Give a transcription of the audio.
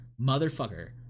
motherfucker